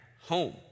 home